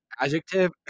adjective